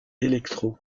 électro